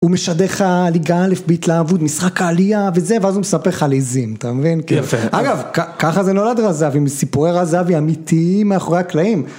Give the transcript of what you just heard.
הוא משדר לך ליגה אלף בהתלהבות, משחק העלייה, וזה, ואז הוא מספר לך ליזים, אתה מבין? יפה. אגב, ככה זה נולד רזבי, מסיפורי רזבי אמיתיים מאחורי הקלעים.